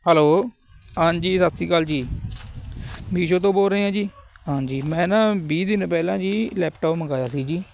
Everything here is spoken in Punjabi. ਹੈਲੋ ਹਾਂਜੀ ਸਤਿ ਸ਼੍ਰੀ ਅਕਾਲ ਜੀ ਮੀਸ਼ੋ ਤੋਂ ਬੋਲ ਰਹੇ ਹੈ ਜੀ ਹਾਂਜੀ ਮੈਂ ਨਾ ਵੀਹ ਦਿਨ ਪਹਿਲਾਂ ਜੀ ਲੈਪਟੋਪ ਮੰਗਵਾਇਆ ਸੀ ਜੀ